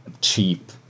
cheap